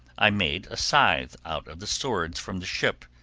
i made a scythe out of the swords from the ship,